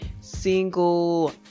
Single